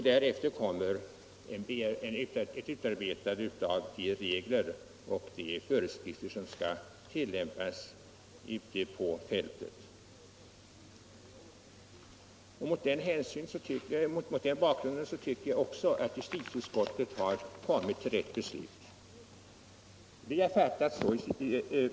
Därefter kommer utarbetandet av de regler och föreskrifter som skall tillämpas ute på fältet. Mot den bakgrunden tycker jag också att justitieutskottet har kommit fram till ett riktigt beslut.